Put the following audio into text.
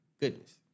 goodness